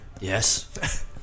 Yes